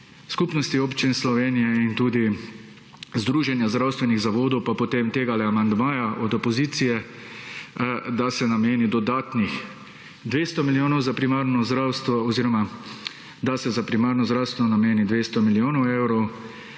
skupnosti občin Slovenije in tudi združenja zdravstvenih zavodov, pa potem tega amandmaja od opozicije, da se nameni dodatnih 200 milijonov za primarno zdravstvo oziroma da se za primarno zdravstvo nameni 200 milijonov evrov,